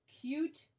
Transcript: Cute